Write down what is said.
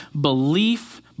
belief